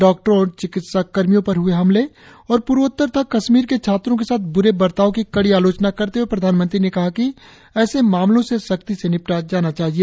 डॉक्टरों और चिकित्सकर्मियों पर हमले और पूर्वोत्तर तथा कश्मीर के छात्रों के साथ ब्रे बर्ताव की कड़ी आलोचना करते हए प्रधानमंत्री ने कहा कि ऐसे मामलों से सख्ती से निपटा जाना चाहिए